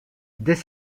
dès